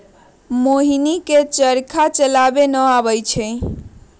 मोहिनी के चरखा चलावे न अबई छई